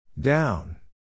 Down